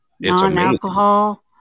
non-alcohol